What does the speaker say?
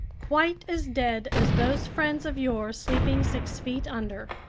quite as dead as those friends of yours sleeping six feet under!